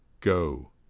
GO